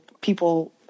people